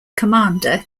commander